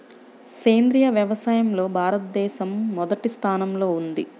సేంద్రీయ వ్యవసాయంలో భారతదేశం మొదటి స్థానంలో ఉంది